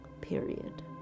period